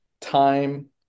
time